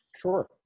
Sure